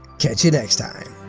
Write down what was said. catch ya next time.